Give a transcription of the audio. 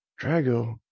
Drago